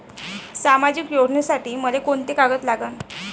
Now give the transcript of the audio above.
सामाजिक योजनेसाठी मले कोंते कागद लागन?